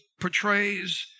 portrays